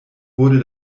wurde